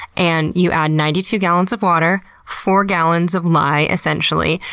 and you add ninety two gallons of water, four gallons of lye, essentially.